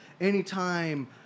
anytime